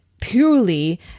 purely